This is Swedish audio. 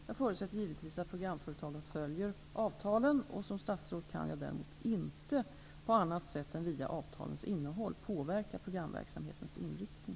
Jag förutsätter givetvis att programbolagen följer avtalen. Som statsråd kan jag däremot inte på annat sätt än via avtalens innehåll påverka programverksamhetens inriktning.